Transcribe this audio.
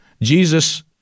Jesus